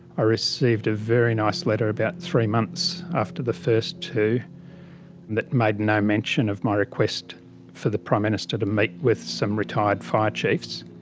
i received a very nice letter about three months after the first two that made and no mention of my request for the prime minister to meet with some retired fire chiefs.